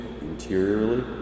interiorly